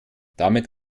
damit